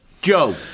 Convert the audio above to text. Joe